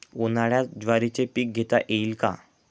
उन्हाळ्यात ज्वारीचे पीक घेता येईल का?